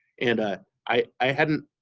and i hadn't,